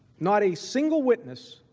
not a single witness.